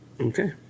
Okay